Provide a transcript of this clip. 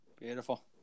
Beautiful